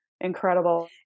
incredible